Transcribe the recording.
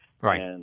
Right